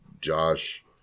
Josh